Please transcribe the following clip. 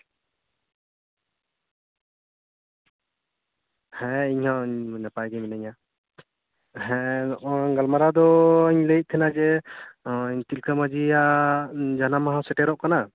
ᱦᱮᱸ ᱤᱧ ᱦᱚᱸ ᱱᱟᱯᱟᱭ ᱜᱮ ᱢᱤᱱᱟᱹᱧᱟ ᱦᱮᱸ ᱚ ᱜᱟᱞᱢᱟᱨᱟᱣ ᱫᱩᱧ ᱞᱟᱹᱭᱮᱫ ᱛᱟᱦᱮᱱᱟ ᱡᱮ ᱛᱤᱞᱠᱟᱹ ᱢᱟᱹᱡᱷᱤᱭᱟᱜ ᱡᱟᱱᱟᱢ ᱢᱟᱦᱟ ᱥᱮᱴᱮᱨᱚᱜ ᱠᱟᱱᱟ